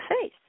face